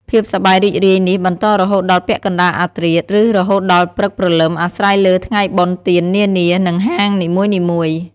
ភាពសប្បាយរីករាយនេះបន្តរហូតដល់ពាក់កណ្ដាលអាធ្រាត្រ ឬរហូតដល់ព្រឹកព្រលឹមអាស្រ័យលើថ្ងៃបុណ្យទាននានា និងហាងនីមួយៗ។